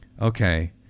Okay